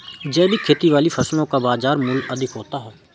जैविक खेती वाली फसलों का बाज़ार मूल्य अधिक होता है